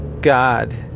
God